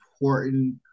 important